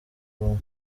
ubumwe